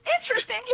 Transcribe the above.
Interesting